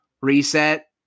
reset